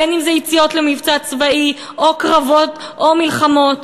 אם יציאות למבצע צבאי או קרבות או מלחמות,